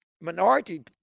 minority